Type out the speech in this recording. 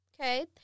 Okay